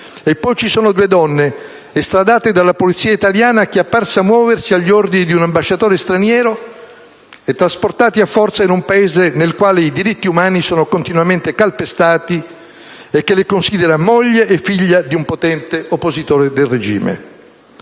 E poi ci sono due donne estradate dalla Polizia italiana, che è apparsa muoversi agli ordini di un ambasciatore straniero, e trasportate a forza in un Paese nel quale i diritti umani sono continuamente calpestati e che le considera moglie e figlia di un potente oppositore del regime.